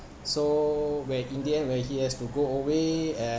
so when in the end where he has to go away and